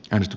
risto